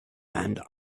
and